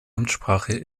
amtssprache